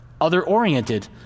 other-oriented